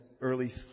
early